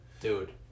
Dude